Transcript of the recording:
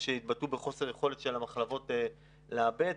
שהתבטאו בחוסר יכולת של המחלבות לעבד,